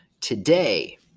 today